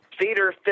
theater